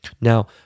Now